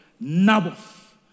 Naboth